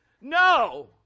No